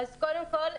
קודם כול,